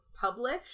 publish